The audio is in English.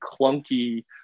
clunky